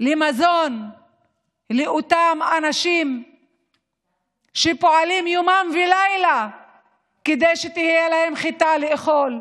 למזון לאותם אנשים שפועלים יומם ולילה כדי שתהיה להם חיטה לאכול,